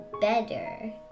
better